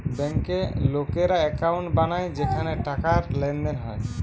বেঙ্কে লোকেরা একাউন্ট বানায় যেখানে টাকার লেনদেন হয়